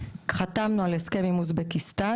חתמנו על הסכם עם אוזבקיסטן,